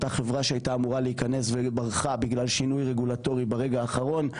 אותה חברה שהייתה אמורה להיכנס וברחה בגלל שינוי רגולטורי ברגע האחרון.